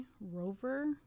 Rover